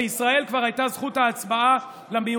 בישראל כבר הייתה זכות ההצבעה, מה הקשר?